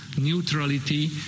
Neutrality